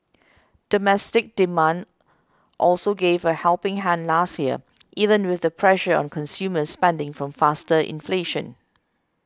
domestic demand also gave a helping hand last year even with the pressure on consumer spending from faster inflation